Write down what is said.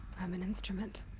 i'm an instrument.